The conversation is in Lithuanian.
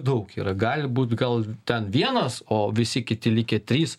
daug yra gali būt gal ten vienas o visi kiti likę trys